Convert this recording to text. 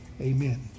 amen